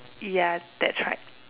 ya that's right